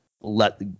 let